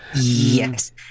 Yes